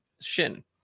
shin